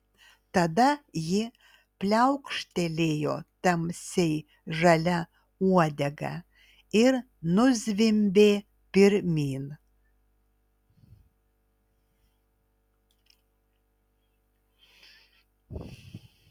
tada ji pliaukštelėjo tamsiai žalia uodega ir nuzvimbė pirmyn